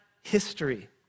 history